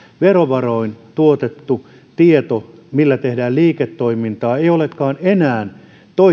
verovaroin tuotettu tieto millä tehdään liiketoimintaa ei olekaan enää